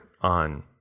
on